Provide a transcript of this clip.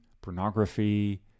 pornography